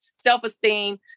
self-esteem